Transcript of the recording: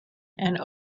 and